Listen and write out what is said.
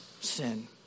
Sin